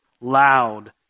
loud